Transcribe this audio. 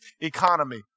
Economy